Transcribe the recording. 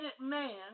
man